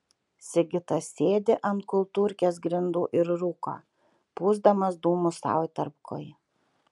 sigitas sėdi ant kultūrkės grindų ir rūko pūsdamas dūmus sau į tarpkojį